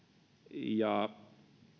ja